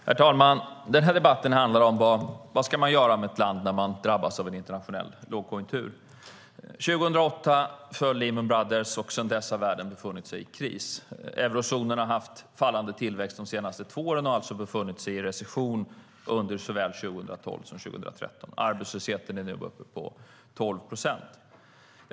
Herr talman! Debatten handlar om vad man ska göra med ett land när det drabbas av en internationell lågkonjunktur. År 2008 föll Lehman Brothers, och sedan dess har världen befunnit sig i kris. Eurozonen har haft fallande tillväxt de senaste två åren och alltså befunnit sig i recession under såväl 2012 som 2013. Arbetslösheten är nu uppe på 12 procent.